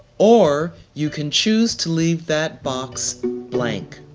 or you can choose to leave that box blank.